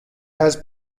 has